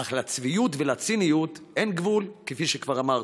אך לצביעות ולציניות אין גבול, כפי שכבר אמרתי.